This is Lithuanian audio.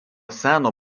seno